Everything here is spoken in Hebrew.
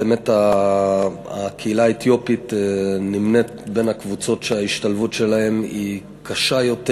באמת הקהילה האתיופית נמנית עם הקבוצות שההשתלבות שלהן קשה יותר,